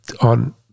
on